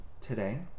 today